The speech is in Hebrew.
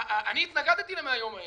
אני התנגדתי ל-100 הימים האלה,